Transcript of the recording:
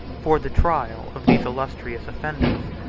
for the trial of these illustrious offenders,